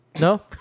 No